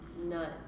nuts